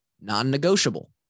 Non-negotiable